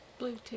Bluetooth